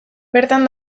bertan